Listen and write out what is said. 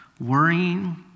worrying